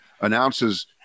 announces